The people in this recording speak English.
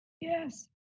Yes